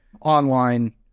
online